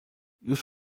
już